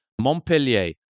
Montpellier